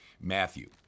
Matthew